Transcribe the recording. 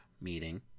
meeting